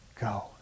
go